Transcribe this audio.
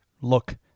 look